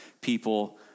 people